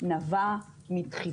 כל מי שנדרש ומתבקש להביא נתונים לוועדה,